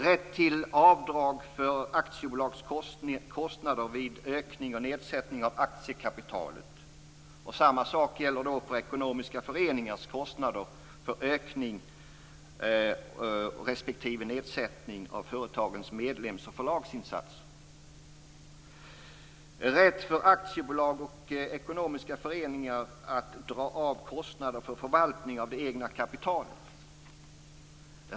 Rätt till avdrag för aktiebolagskostnader vid ökning och nedsättning av aktiekapitalet. Samma sak gäller för kostnader för ekonomiska föreningar för ökning respektive nedsättning av företagens medlems och förlagsinsatser. Rätt för aktiebolag och ekonomiska föreningar att dra av kostnader för förvaltning av det egna kapitalet.